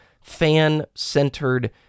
fan-centered